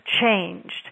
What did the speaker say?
changed